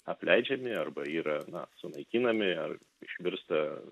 apleidžiami arba yra na sunaikinami ar išvirsta